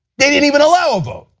they didn't even allow a vote.